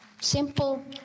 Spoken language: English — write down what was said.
simple